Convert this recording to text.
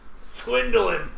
swindling